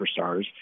superstars